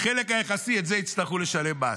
על החלק היחסי יצטרכו לשלם מס.